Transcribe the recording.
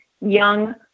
young